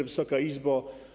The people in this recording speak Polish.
Wysoka Izbo!